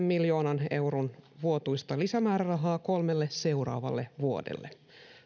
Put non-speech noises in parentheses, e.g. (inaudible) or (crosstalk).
(unintelligible) miljoonan euron vuotuista lisämäärärahaa kolmelle seuraavalle vuodelle